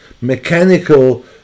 mechanical